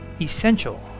essential